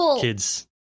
kids